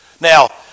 Now